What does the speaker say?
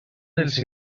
els